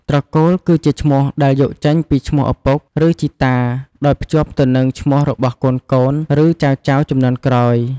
ត្រកូលគឺជាឈ្មោះដែលយកចេញពីឈ្មោះឪពុក ឬជីតា ដោយភ្ជាប់ទៅនឹងឈ្មោះរបស់កូនៗ ឬចៅៗជំនាន់ក្រោយ។